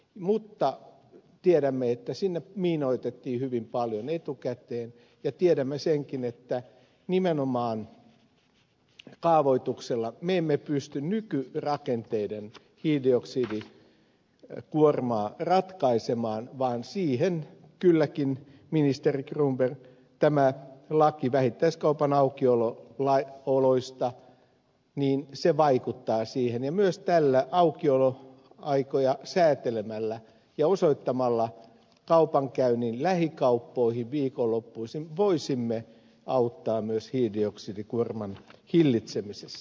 mutta tiedämme että sinne miinoitettiin hyvin paljon etukäteen ja tiedämme senkin että nimenomaan kaavoituksella me emme pysty nykyrakenteiden hiilidioksidikuormaa ratkaisemaan vaan siihen kylläkin ministeri cronberg tämä laki vähittäiskaupan aukioloista vaikuttaa ja myös aukioloaikoja säätelemällä ja osoittamalla kaupankäynnin lähikauppoihin viikonloppuisin voisimme auttaa hiilidioksidikuorman hillitsemisessä